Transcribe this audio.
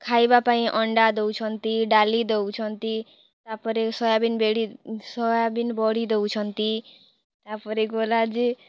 ଖାଇବାପାଇଁ ଅଣ୍ଡା ଦେଉଛନ୍ତି ଡାଲି ଦେଉଛନ୍ତି ତାପରେ ସୋୟାବିନ୍ ବେଡ଼ି ସୋୟାବିନ୍ ବଡ଼ି ଦେଉଛନ୍ତି ତାପରେ ଗଲା ଯେ